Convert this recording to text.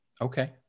Okay